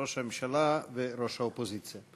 ראש הממשלה וראש האופוזיציה.